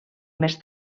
més